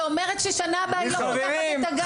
היא אומרת שבשנה הבאה היא לא פותחת את הגנים.